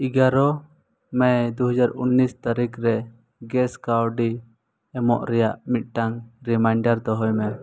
ᱮᱜᱟᱨᱚ ᱢᱮ ᱫᱩ ᱦᱟᱡᱟᱨ ᱩᱱᱤᱥ ᱛᱟᱨᱤᱠᱷ ᱨᱮ ᱜᱮᱥ ᱠᱟᱣᱰᱤ ᱮᱢᱚᱜ ᱨᱮᱭᱟᱜ ᱢᱤᱫᱴᱟᱝ ᱨᱤᱢᱟᱭᱤᱱᱰᱟᱨ ᱫᱚᱦᱚᱭ ᱢᱮ